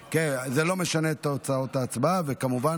תגמול מתנדבי זק"א במלחמת חרבות ברזל),